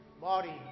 body